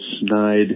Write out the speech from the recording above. snide